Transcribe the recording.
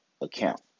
account